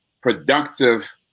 productive